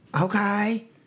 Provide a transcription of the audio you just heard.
Okay